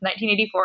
1984